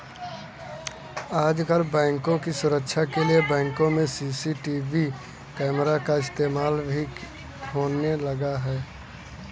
आजकल बैंकों की सुरक्षा के लिए बैंकों में सी.सी.टी.वी कैमरा का इस्तेमाल भी होने लगा है